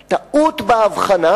הטעות באבחנה,